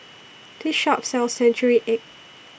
This Shop sells Century Egg